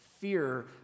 fear